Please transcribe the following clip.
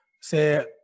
say